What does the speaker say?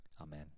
Amen